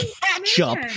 ketchup